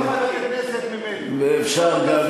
ואפשר גם